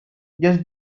just